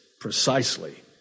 precisely